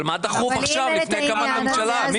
אבל מה דחוף עכשיו לפני הקמת ממשלה?